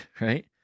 Right